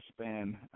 span